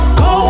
go